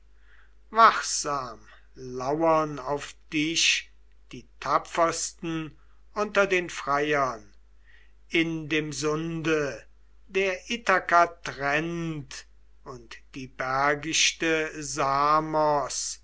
wachsam lauern auf dich die tapfersten unter den freiern in dem sunde der ithaka trennt und die bergichte samos